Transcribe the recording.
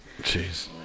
Jeez